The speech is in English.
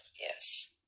Yes